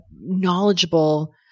knowledgeable